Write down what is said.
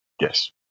Yes